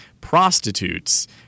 prostitutes